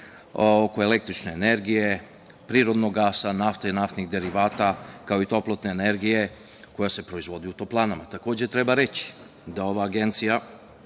oko električne energije, prirodnog gasa, nafte i naftnih derivata, kao i toplotne energije koja se proizvodu u toplanama. Takođe, treba reći da ova agencija